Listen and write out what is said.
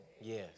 Yes